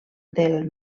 del